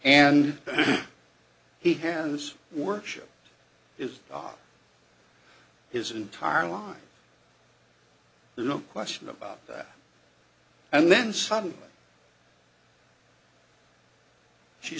and he has worship is his entire line there's no question about that and then suddenly she